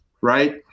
right